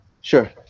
Sure